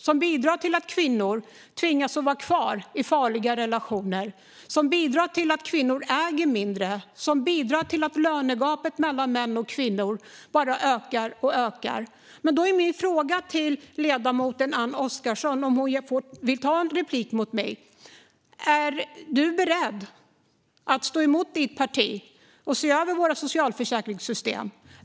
De bidrar till att kvinnor tvingas vara kvar i farliga relationer, till att kvinnor äger mindre och till att lönegapet mellan män och kvinnor bara ökar och ökar. Men då är mina frågor till ledamoten Anne Oskarsson, om hon vill ta replik på mig: Är du beredd att stå emot ditt parti och se över våra socialförsäkringssystem?